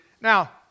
Now